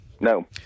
No